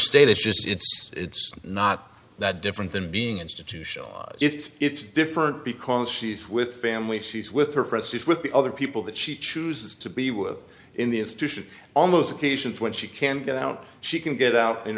state it's just it's not that different than being institutional it's different because she's with family she's with her friends just with the other people that she chooses to be with in the institution almost occasions when she can get out she can get out in